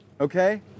Okay